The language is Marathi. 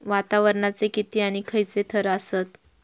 वातावरणाचे किती आणि खैयचे थर आसत?